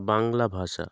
বাংলা ভাষা